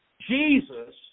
Jesus